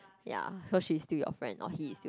ya cause she's still your friend or he is your